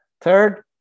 Third